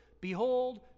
Behold